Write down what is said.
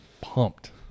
Pumped